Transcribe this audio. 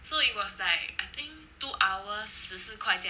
so it was like I think two hour 十四块这样